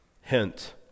hint